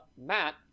Matt